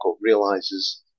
realizes